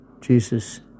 Jesus